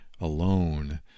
alone